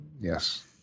Yes